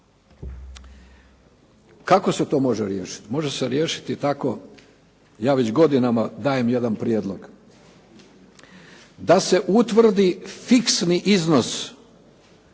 Kako se to može riješit? Može se riješit tako, ja već godinama dajem jedan prijedlog da se utvrdi fiksni iznos